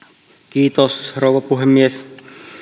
kiitos rouva puhemies